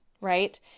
right